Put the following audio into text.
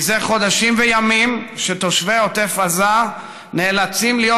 זה חודשים שתושבי עוטף עזה נאלצים להיות